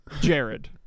Jared